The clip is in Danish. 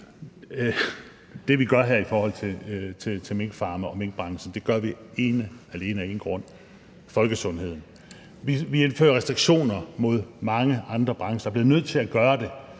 det, vi gør her i forhold til minkfarme og minkbranchen, gør vi jo ene og alene af én grund: folkesundheden. Vi indfører restriktioner mod mange andre brancher. Vi bliver nødt til at gøre det.